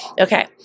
okay